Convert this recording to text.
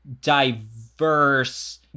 diverse